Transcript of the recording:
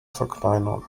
verkleinern